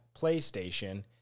PlayStation